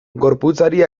gorputzari